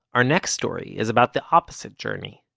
our next story is about the opposite journey.